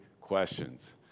questions